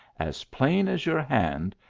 as plain as your hand,